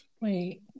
Wait